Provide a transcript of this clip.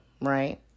right